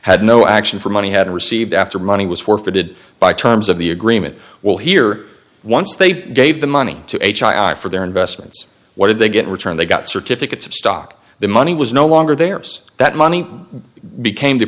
had no action for money had received after money was forfeited by terms of the agreement we'll hear once they gave the money to him for their investments what did they get in return they got certificates of stock the money was no longer there's that money became t